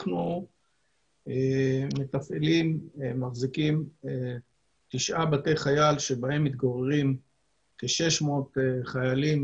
אנחנו מתפעלים ומחזיקים תשעה בתי חייל שבהם מתגוררים כ-600 חיילים